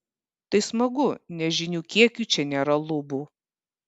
tai smagu nes žinių kiekiui čia nėra lubų